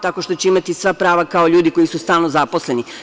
Tako što će imati sva prava kao ljudi koji su stalno zaposleni.